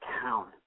town